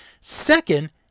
Second